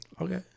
Okay